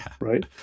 right